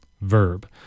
Verb